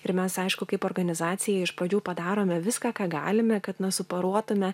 ir mes aišku kaip organizacija iš pradžių padarome viską ką galime kad na suporuotume